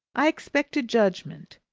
i expect a judgment.